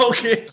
Okay